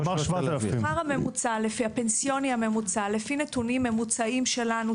השכר הפנסיוני הממוצע לפי נתונים ממוצעים שלנו,